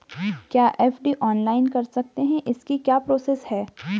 क्या FD online कर सकते हैं इसकी क्या प्रोसेस है?